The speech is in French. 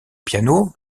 piano